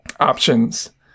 options